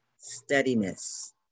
steadiness